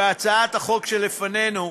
בהצעת החוק שלפנינו,